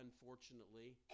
unfortunately